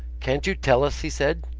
can't you tell us? he said.